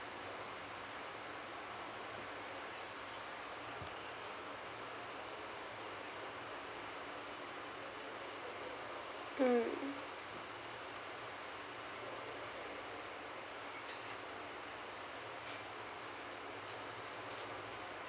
mm